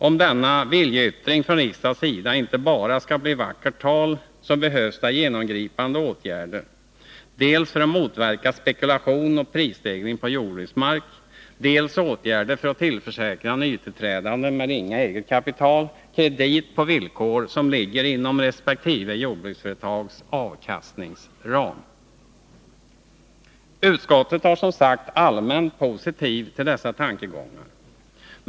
Om denna viljeyttring från riksdagens sida inte bara skall förbli vackert tal, så behövs det genomgripande åtgärder dels för att motverka spekulation och prisstegring i fråga om jordbruksmark, dels för att tillförsäkra nytillträdande med ringa eget kapital krediter på villkor som ligger inom resp. jordbruksföretags avkastningsram. Utskottet är som sagt allmänt positivt till dessa tankegångar.